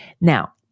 Now